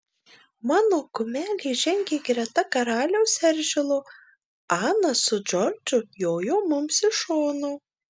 mano kumelė žengė greta karaliaus eržilo ana su džordžu jojo mums iš šono